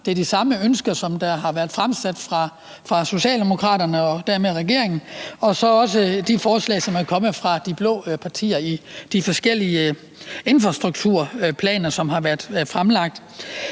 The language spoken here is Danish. Det er de samme ønsker, der har været fremsat af Socialdemokraterne og dermed regeringen og af de blå partier, i de forskellige infrastrukturplaner, som har været fremlagt.